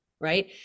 right